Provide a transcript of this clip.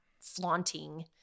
flaunting